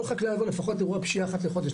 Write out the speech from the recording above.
כל חקלאי עובר לפחות אירוע פשיעה אחת לחודש,